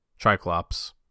Triclops